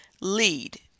lead